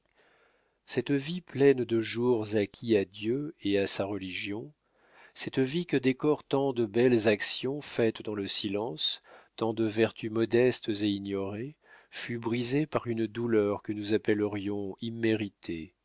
cette vie pleine de jours acquis à dieu et à sa religion cette vie que décorent tant de belles actions faites dans le silence tant de vertus modestes et ignorées fut brisée par une douleur que nous appellerions imméritée